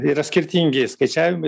yra skirtingi skaičiavimai